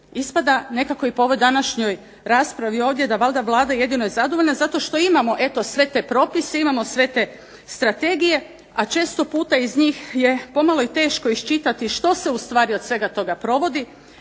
Ispada, nekako i po ovoj današnjoj raspravi ovdje, da valjda Vlada jedino je zadovoljna zato što imamo eto sve te propise, imamo sve te strategije, a često puta iz njih je pomalo i teško iščitati što se ustvari od svega toga provodi,